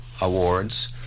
awards